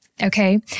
Okay